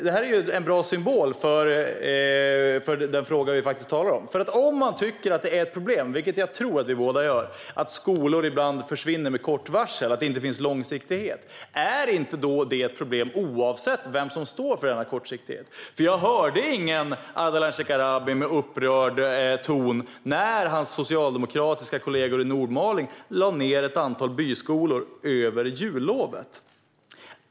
Det här är en bra symbol för den fråga vi faktiskt talar om, för om man tycker att det är ett problem, vilket jag tror att vi båda gör, att skolor ibland försvinner med kort varsel och att det inte finns långsiktighet, är inte det då ett problem oavsett vem som står för denna kortsiktighet? Jag hörde ingen upprörd ton hos Ardalan Shekarabi när hans socialdemokratiska kollegor i Nordmaling lade ned ett antal byskolor över jullovet.